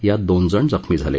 यात दोनजण जखमी झाले